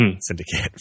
Syndicate